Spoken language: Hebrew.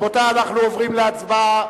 רבותי, אנחנו עוברים להצבעה,